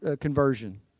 conversion